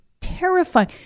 terrifying